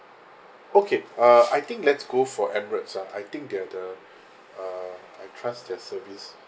okay uh I think let's go for emirates ah I think they're the uh I trust their service